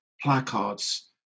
placards